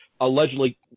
allegedly